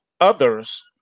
others